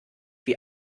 wie